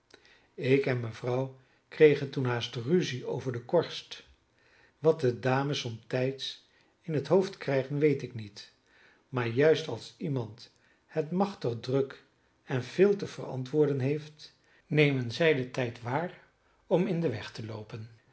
ik en mevrouw kregen toen haast ruzie over de korst wat de dames somtijds in het hoofd krijgen weet ik niet maar juist als iemand het machtig druk en veel te verantwoorden heeft nemen zij den tijd waar om in den weg te loopen